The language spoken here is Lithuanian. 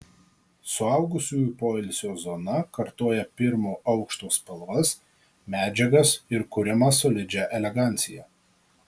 suaugusiųjų poilsio zona kartoja pirmo aukšto spalvas medžiagas ir kuriamą solidžią eleganciją